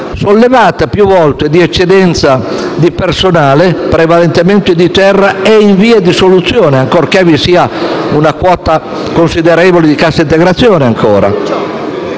sollevata più volte, dell'eccedenza del personale, prevalentemente di terra, è in via di soluzione ancorché vi sia ancora una quota considerevole di cassa integrazione.